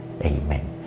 Amen